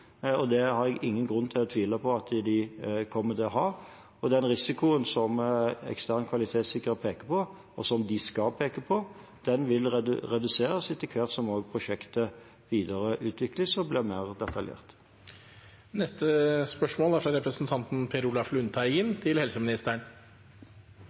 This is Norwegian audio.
og det har jeg ingen grunn til å tvile på at de kommer til å ha. Den risikoen som ekstern kvalitetssikrer peker på – og som de skal peke på – vil reduseres etter hvert som prosjektet videreutvikles og blir mer